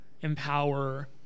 empower